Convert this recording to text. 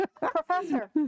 Professor